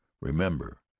remember